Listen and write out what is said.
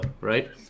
right